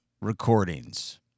recordings